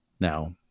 Now